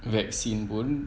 vaccine pun